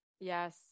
Yes